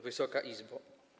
Wysoka Izbo!